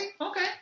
Okay